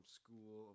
school